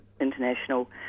International